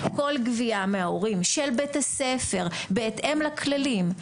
כל גבייה מההורים של בית הספר בהתאם לכללים,